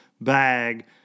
bag